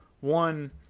one